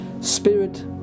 Spirit